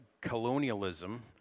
colonialism